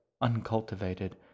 uncultivated